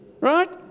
right